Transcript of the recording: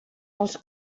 els